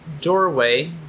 doorway